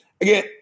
Again